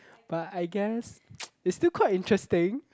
but I guess it's still quite interesting